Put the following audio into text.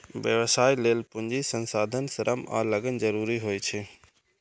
व्यवसाय लेल पूंजी, संसाधन, श्रम आ लगन जरूरी होइ छै